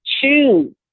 Choose